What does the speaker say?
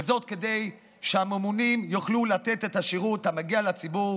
וזאת כדי שהממונים יוכלו לתת את השירות המגיע לציבור